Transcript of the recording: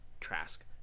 Trask